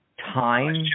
time